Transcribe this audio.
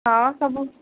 ହଁ ସବୁ